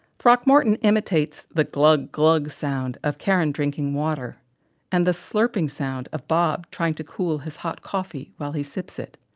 throckmorton imitates the glug, glug sound of karin drinking water and the slurping sound of bob trying to cool his hot coffee while he sips it,